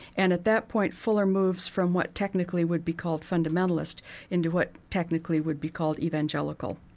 and at that point, fuller moves from what technically would be called fundamentalist into what technically would be called evangelical.